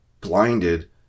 blinded